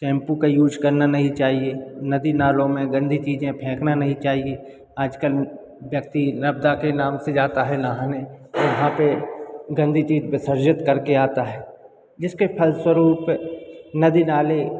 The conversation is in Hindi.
सैंपू का यूज करना नहीं चाहिए नदी नालों में गंदी चीज़ें फेंकना नहीं चाहिए आज कल व्यक्ति नर्मदा के नाम से जाता है नहाने तो वहाँ पर गंदी चीज़ विसर्जित करके आता है जिसके फलस्वरूप नदी नाले